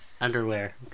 Underwear